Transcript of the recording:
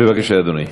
בבקשה, אדוני.